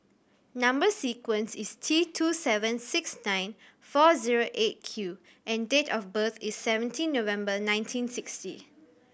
number sequence is T two seven six nine four zero Eight Q and date of birth is seventeen November nineteen sixty